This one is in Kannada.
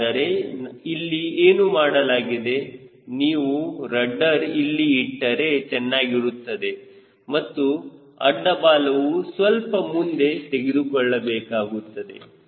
ಹಾಗಾದರೆ ಇಲ್ಲಿ ಏನು ಮಾಡಲಾಗಿದೆ ನೀವು ರಡ್ಡರ್ ಇಲ್ಲಿ ಇಟ್ಟರೆ ಚೆನ್ನಾಗಿರುತ್ತದೆ ಮತ್ತು ಅಡ್ಡ ಬಾಲವನ್ನು ಸ್ವಲ್ಪ ಮುಂದೆ ತೆಗೆದುಕೊಳ್ಳಬೇಕಾಗುತ್ತದೆ